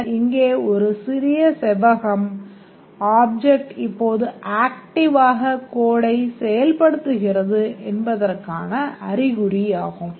பின்னர் இங்கே இந்த சிறிய செவ்வகம் ஆப்ஜெக்ட் இப்போது acvite ஆக code ஐ செயல்படுத்துகிறது என்பதற்கான அறிகுறியாகும்